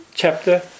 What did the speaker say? chapter